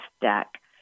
deck